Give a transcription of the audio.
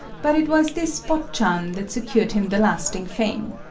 but it was this botchan that secured him the lasting fame.